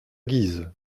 guise